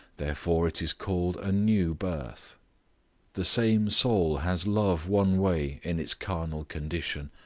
therefore it is called a new birth the same soul has love one way in its carnal condition,